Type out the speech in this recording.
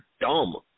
dumb